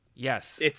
Yes